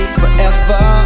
forever